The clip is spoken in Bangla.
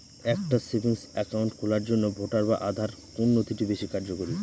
একটা সেভিংস অ্যাকাউন্ট খোলার জন্য ভোটার বা আধার কোন নথিটি বেশী কার্যকরী?